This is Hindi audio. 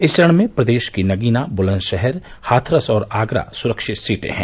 इस चरण में प्रदेश की नगीना बुलंदशहर हाथरस और आगरा सुरक्षित सीटें हैं